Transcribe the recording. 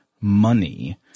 money